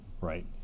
right